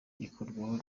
ikurwaho